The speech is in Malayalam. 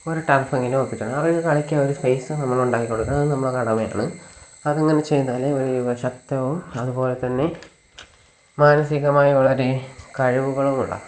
ഒരു ടര്ഫെങ്കിലും ഒപ്പിക്കണം കാരണം ഇത് കളിക്കാന് ഒരു സ്പേസ് നമ്മളുണ്ടാക്കി കൊടുക്കണം അത് നമ്മടെ കടമയാണ് അതിങ്ങനെ ചെയ്താലെ ഒരു ശക്തവും അതുപോലെതന്നെ മാനസികമായി വളരെ കഴിവുകളുമുള്ള